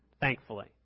Thankfully